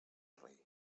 rei